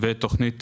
ותכנית